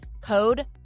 Code